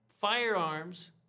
Firearms